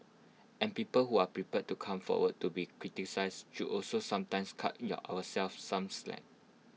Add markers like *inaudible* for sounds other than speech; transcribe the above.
and people who are prepared to come forward to be criticised should also sometimes cut *hesitation* ourselves some slack